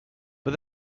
but